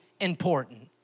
important